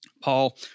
Paul